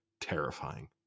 terrifying